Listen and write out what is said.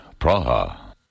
Praha